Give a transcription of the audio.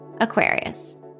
Aquarius